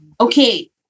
okay